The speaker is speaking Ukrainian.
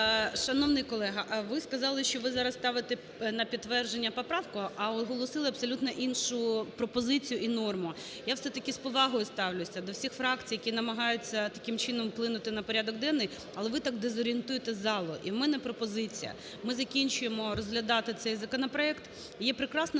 Шановний колего, ви сказали, що ви зараз ставите на підтвердження поправку, а оголосили абсолютно іншу пропозицію і норму. Я все-таки з повагою ставлюся до всіх фракцій, які намагаються таким чином вплинути на порядок денний, але ви так дезорієнтуєте залу. І в мене пропозиція, ми закінчуємо розглядати цей законопроект, є прекрасна